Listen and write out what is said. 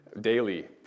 daily